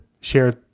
share